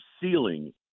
ceiling